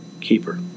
keeper